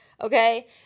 okay